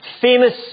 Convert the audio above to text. famous